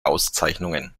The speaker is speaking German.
auszeichnungen